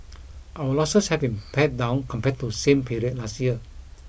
our losses have been pared down compared to same period last year